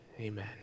amen